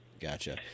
Gotcha